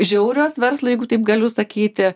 žiaurios verslo jeigu taip galiu sakyti